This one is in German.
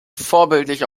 vorbildlich